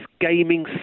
gaming